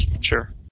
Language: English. sure